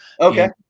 Okay